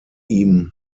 ihm